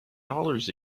dollars